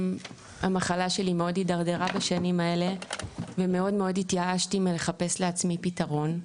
המחלה שלי מאוד הידרדרה בשנים האלה והתייאשתי מאוד מלחפש לעצמי פתרון.